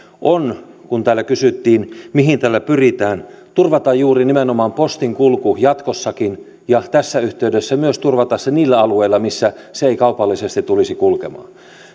on kun täällä kysyttiin mihin tällä pyritään turvata nimenomaan juuri postinkulku jatkossakin ja tässä yhteydessä myös turvata se niillä alueilla missä se ei kaupallisesti tulisi kulkemaan